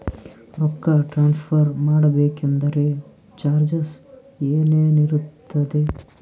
ರೊಕ್ಕ ಟ್ರಾನ್ಸ್ಫರ್ ಮಾಡಬೇಕೆಂದರೆ ಚಾರ್ಜಸ್ ಏನೇನಿರುತ್ತದೆ?